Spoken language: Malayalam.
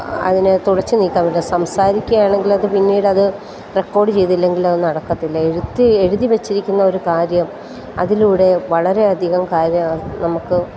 അതിനെ തുടച്ചുനീക്കാൻ പറ്റില്ല സംസാരിക്കുകയാണെങ്കിൽ അത് പിന്നീടത് റെക്കോർഡ് ചെയ്തില്ലെങ്കിൽ അത് നടക്കത്തില്ല എഴുത്തിൽ എഴുതിവെച്ചിരിക്കുന്ന ഒരു കാര്യം അതിലൂടെ വളരെയധികം കാര്യം നമുക്ക്